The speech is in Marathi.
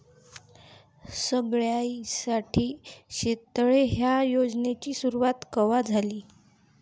सगळ्याइसाठी शेततळे ह्या योजनेची सुरुवात कवा झाली?